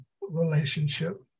relationship